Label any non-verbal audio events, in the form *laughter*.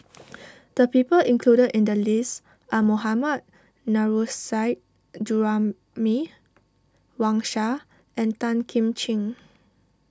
*noise* the people included in the list are Mohammad Nurrasyid Juraimi Wang Sha and Tan Kim Ching